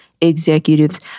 executives